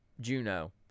Juno